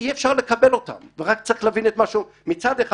שאי אפשר לקבל אותן ורק צריך להבין שמצד אחד